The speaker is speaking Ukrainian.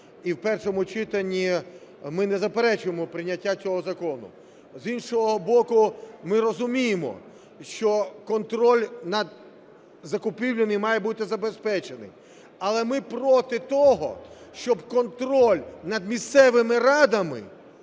І в першому читанні ми не заперечуємо прийняття цього закону. З іншого боку, ми розуміємо, що контроль над закупівлями має бути забезпечений. Але ми проти того, щоб контроль над місцевими радами,